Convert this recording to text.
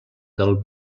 del